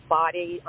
body